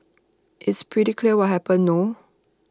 it's pretty clear what happened no